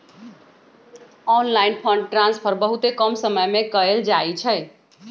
online fund transfer बहुते कम समय में कएल जाइ छइ